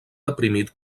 deprimit